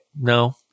No